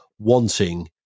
wanting